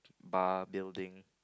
bar building